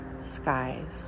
skies